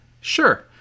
Sure